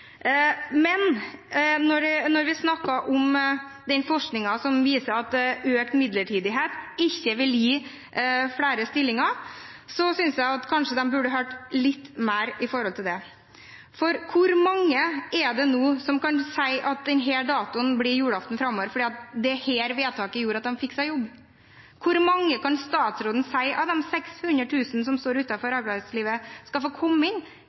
Men når vi snakker om den forskningen som viser at økt midlertidighet ikke vil gi flere stillinger, så syns jeg de kanskje burde hørt litt mer etter. For hvor mange er det nå som kan si at denne datoen blir julaften framover fordi dette vedtaket gjorde at de fikk seg jobb? Kan statsråden si hvor mange av de 600 000 som står utenfor arbeidslivet, som skal få komme inn